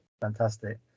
Fantastic